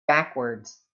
backwards